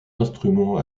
instruments